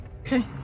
Okay